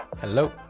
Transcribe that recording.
Hello